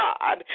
God